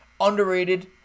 underrated